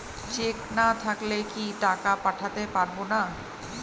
Check না থাকলে কি টাকা পাঠাতে পারবো না?